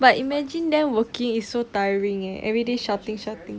but imagine them working is so tiring eh everyday shouting shouting